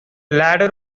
ladder